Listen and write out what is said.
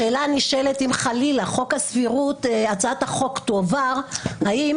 השאלה הנשאלת אם חלילה הצעת החוק תועבר האם